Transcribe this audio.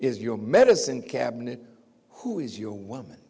is your medicine cabinet who is your woman